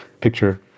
picture